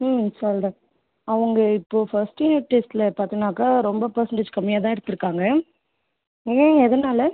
ம் சொல்கிறேன் அவங்க இப்போது ஃபஸ்ட்டு யூனிட் டெஸ்ட்டில் பார்த்தீங்கன்னாக்கா ரொம்ப பர்ஸண்டேஜ் கம்மியாக தான் எடுத்திருக்காங்க ஏன் எதனால்